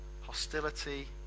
hostility